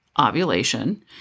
ovulation